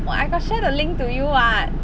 !wah! I got share the link to you [what]